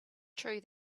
true